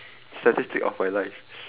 statistics of my life